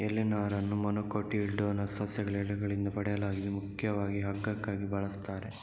ಎಲೆ ನಾರನ್ನ ಮೊನೊಕೊಟಿಲ್ಡೋನಸ್ ಸಸ್ಯಗಳ ಎಲೆಗಳಿಂದ ಪಡೆಯಲಾಗಿದ್ದು ಮುಖ್ಯವಾಗಿ ಹಗ್ಗಕ್ಕಾಗಿ ಬಳಸ್ತಾರೆ